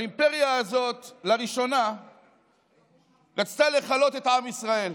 והאימפריה הזאת לראשונה רצתה לכלות את עם ישראל,